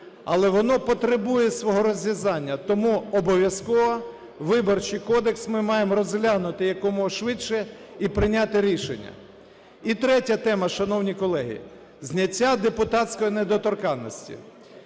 Але воно потребує свого розв'язання. Тому обов'язково Виборчий кодекс ми маємо розглянути якомога швидше і прийняти рішення. І третя тема, шановні колеги, - зняття депутатської недоторканності.